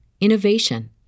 innovation